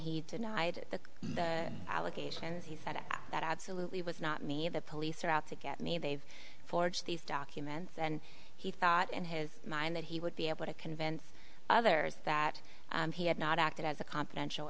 he denied the allegations he said that absolutely was not me of the police are out to get me they've forged these documents and he thought in his mind that he would be able to convince others that he had not acted as a confidential